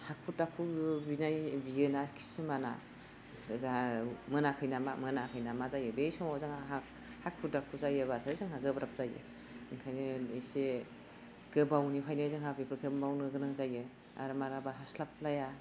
हाखु दाखु बिनाय बियोना खिसुमाना जा मोनाखै नामा मोनाखै नामा जायो बे समाव जोंहा हा हाखु दाखु जायोबासो जोंहा गोब्राब जायो ओंखायनो एसे गोबावनिफायनो जोंहा बेफोरखो मावनो गोनां जायो आरो मालाबा हास्लाबलाया